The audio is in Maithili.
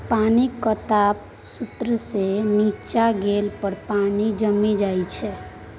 पानिक ताप शुन्ना सँ नीच्चाँ गेला पर पानि जमि जाइ छै